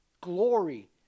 Glory